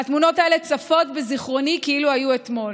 התמונות האלה צפות בזיכרוני כאילו היו אתמול.